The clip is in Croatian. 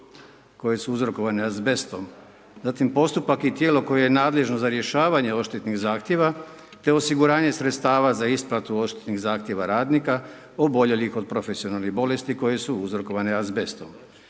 koje su uzrokovane azbestom. Zatim postupak i tijelo koje je nadležno za rješavanje odštetnih zahtjeva te osiguranje sredstava za isplatu odštetnih zahtjeva radnika oboljelih od profesionalnih bolesti koje su uzrokovane azbestom.